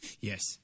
yes